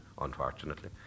unfortunately